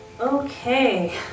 Okay